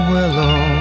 Willow